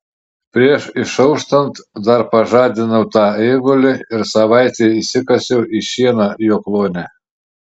prieš išauštant dar pažadinau tą eigulį ir savaitei įsikasiau į šieną jo kluone